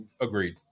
Agreed